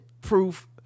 proof